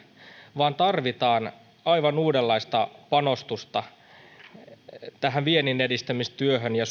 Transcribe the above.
vaan tarvitaan aivan uudenlaista panostusta vienninedistämistyöhön ja